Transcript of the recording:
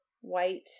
white